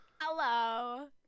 Hello